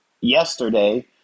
yesterday